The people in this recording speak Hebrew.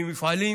ממפעלים